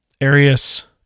Arius